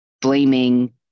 blaming